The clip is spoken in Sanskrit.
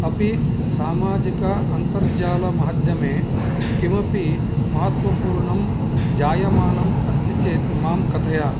अपि सामाजिक अन्तर्जालमाध्यमे किमपि महत्त्वपूर्णं जायमानम् अस्ति चेत् मां कथय